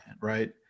right